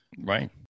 Right